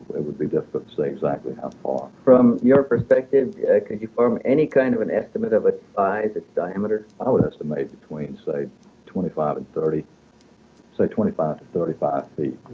it would be difficult to say exactly how far from your perspective could you form any kind of an estimate of its size its diameter? i would estimate between say twenty five and thirty say twenty five to thirty five feet